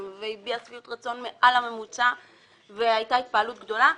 והביע שביעות רצון מעל הממוצע והייתה התפעלות גדולה,